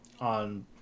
on